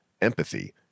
empathy